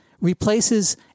replaces